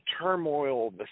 turmoil